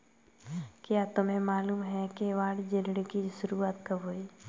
क्या तुम्हें मालूम है कि वाणिज्य ऋण की शुरुआत कब हुई?